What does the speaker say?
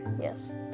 Yes